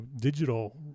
digital